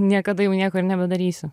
niekada jau nieko ir nebedarysiu